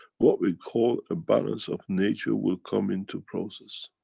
what we call a balance of nature will come into process.